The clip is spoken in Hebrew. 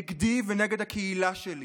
נגדי ונגד הקהילה שלי.